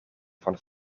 van